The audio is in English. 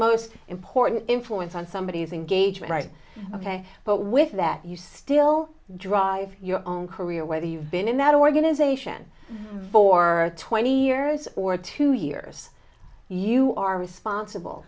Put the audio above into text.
most important influence on somebody is engaged right ok but with that you still drive your own career whether you've been in that organization for twenty years or two years you are responsible